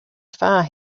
far